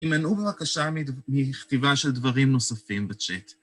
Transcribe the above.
הימנעו בבקשה מכתיבה של דברים נוספים בצ'אט.